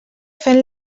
fent